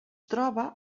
troba